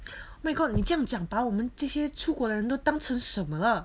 oh my god 你这样讲把我们这些出国的人都当成什么了